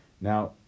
Now